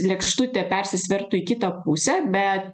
lėkštutė persisvertų į kitą pusę bet